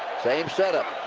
same setup.